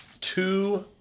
two-